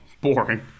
Boring